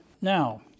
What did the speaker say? now